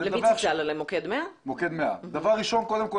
התקשרתי למוקד 100 ואמרתי קודם כול